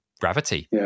Gravity